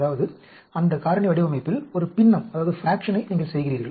அதாவது அந்த காரணி வடிவமைப்பில் ஒரு பின்னத்தை நீங்கள் செய்கிறீர்கள்